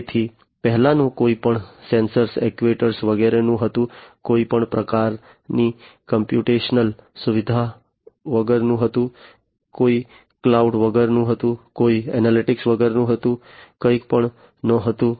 તેથી પહેલાનું કોઈ પણ સેન્સર એક્ટ્યુએટર્સ વગરનું હતું કોઈપણ પ્રકારની કોમ્પ્યુટેશનલ સુવિધા વગરનું હતું કોઈ ક્લાઉડ વગરનું હતું કોઈ એનાલિટિક્સ વગરનું હતું કંઈ પણ નહોતું